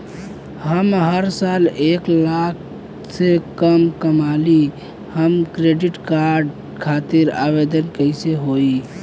हम हर साल एक लाख से कम कमाली हम क्रेडिट कार्ड खातिर आवेदन कैसे होइ?